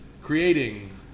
creating